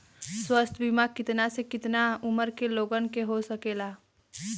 स्वास्थ्य बीमा कितना से कितना उमर के लोगन के हो सकेला?